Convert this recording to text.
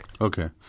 Okay